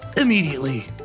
immediately